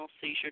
Seizure